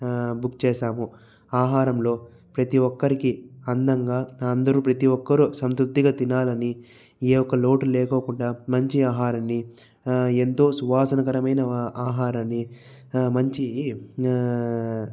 book చేసాము ఆహారంలో ప్రతి ఒక్కరికి అందంగా అందరు ప్రతి ఒక్కరు సంతృప్తిగా తినాలని ఏ ఒక్క లోటు లేకుండా మంచి ఆహారాన్ని ఎంతో సువాసనకరమైన ఆహారాన్ని మంచి